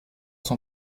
son